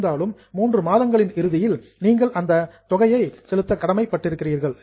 இருந்தாலும் 3 மாதங்களின் இறுதியில் நீங்கள் இந்த தொகையை செலுத்த கடமைப்பட்டிருக்கிறார்கள்